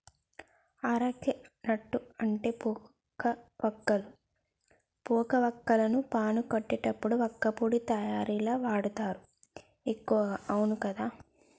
areca nut అంటే పోక వక్కలు, పోక వాక్కులను పాను కట్టేటప్పుడు వక్కపొడి తయారీల వాడుతారు ఎక్కువగా అవును కదా